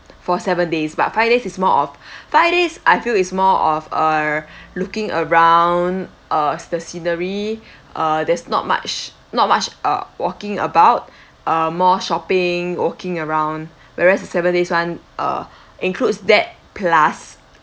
for seven days but five days is more of five days I feel is more of err looking around uh the scenery uh there's not much not much uh walking about uh more shopping walking around whereas the seven days [one] ah includes that plus